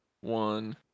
one